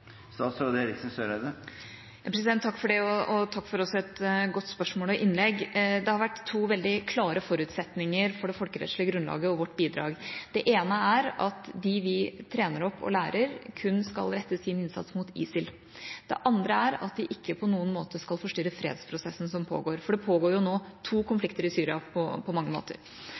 Takk for et godt spørsmål og innlegg. Det har vært to veldig klare forutsetninger for det folkerettslige grunnlaget og vårt bidrag. Det ene er at de vi trener opp og lærer, kun skal rette sin innsats mot ISIL. Det andre er at de ikke på noen måte skal forstyrre fredsprosessen som pågår, for det pågår nå på mange måter to konflikter i Syria.